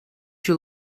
you